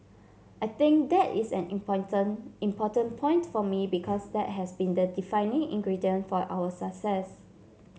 I think that is an important point for me because that has been the defining ingredient for our success